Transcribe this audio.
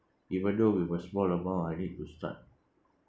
even though with a small amount I need to start